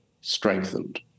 strengthened